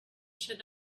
should